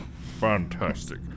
Fantastic